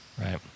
right